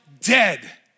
dead